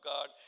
God